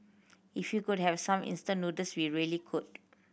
if we could have some instant noodles we really could